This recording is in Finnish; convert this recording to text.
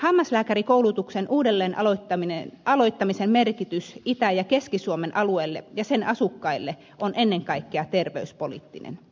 hammaslääkärikoulutuksen uudelleen aloittamisen merkitys itä ja keski suomen alueelle ja sen asukkaille on ennen kaikkea terveyspoliittinen